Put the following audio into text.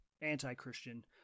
anti-Christian